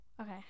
okay